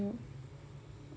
mm